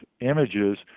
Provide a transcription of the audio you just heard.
images